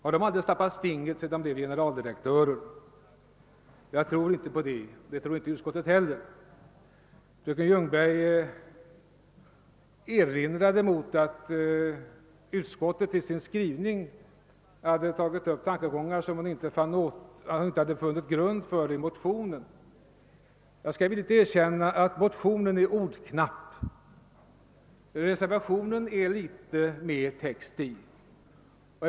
Har de alldeles tappat stinget när de blev generaldirektörer? Jag tror inte det, och det tror inte utskottet heller. Fröken Ljungberg anmärkte på att utskottet i sin skrivning hade tagit upp tankegångar som det inte fanns grund för i motionen. Jag skall villigt erkänna att motionen är ordknapp. Reservationen är det litet mera text i.